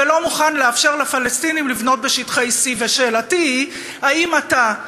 ולא מוכן לאפשר לפלסטינים לבנות בשטחי C. שאלתי היא: האם אתה,